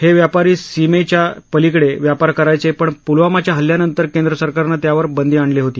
हे व्यापारी सीमेच्या पलिकडे व्यापार करायचे पण पुलवामाच्या हल्ल्यानंतर केंद्र सरकारनं त्यावर बंदी आणली होती